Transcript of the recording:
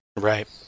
Right